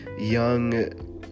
young